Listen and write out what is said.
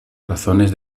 razones